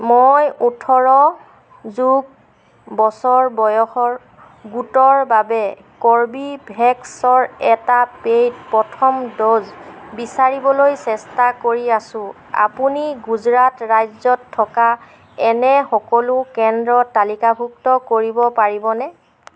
মই ওঠৰ যোগ বছৰ বয়সৰ গোটৰ বাবে কৰ্বীভেক্সৰ এটা পেইড প্ৰথম ড'জ বিচাৰিবলৈ চেষ্টা কৰি আছোঁ আপুনি গুজৰাট ৰাজ্যত থকা এনে সকলো কেন্দ্ৰ তালিকাভুক্ত কৰিব পাৰিবনে